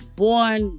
born